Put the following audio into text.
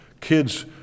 kids